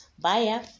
Bye